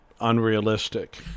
unrealistic